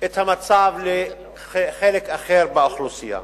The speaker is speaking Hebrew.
את המצב לחלק אחר באוכלוסייה.